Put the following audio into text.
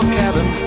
cabin